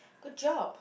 good job